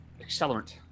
accelerant